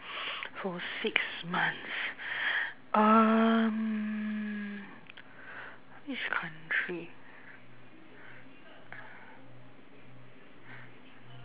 for six months um which country